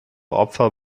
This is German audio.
opfer